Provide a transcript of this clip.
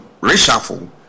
reshuffle